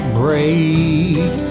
break